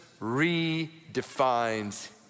redefines